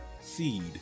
seed